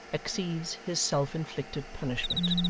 exceeds his self-inflicted punishment.